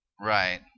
Right